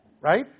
Right